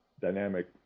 dynamic